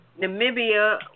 Namibia